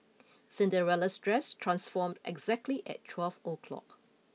Cinderella's dress transformed exactly at twelve o'clock